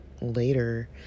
later